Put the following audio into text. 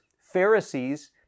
Pharisees